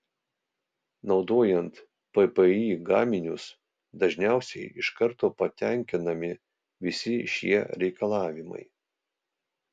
naudojant ppi gaminius dažniausiai iš karto patenkinami visi šie reikalavimai